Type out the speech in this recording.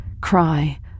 cry